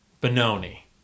Benoni